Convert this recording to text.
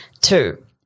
Two